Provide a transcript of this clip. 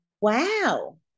wow